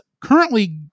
currently